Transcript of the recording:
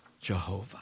Jehovah